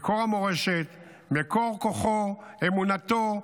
מקור המורשת, מקור כוחו, אמונתו,